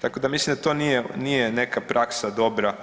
Tako da mislim da to nije, nije neka praksa dobra